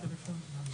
תודה רבה.